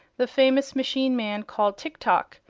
the famous machine-man called tik-tok,